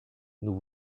nous